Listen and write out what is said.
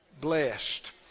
blessed